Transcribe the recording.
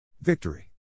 Victory